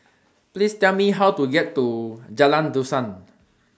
Please Tell Me How to get to Jalan Dusan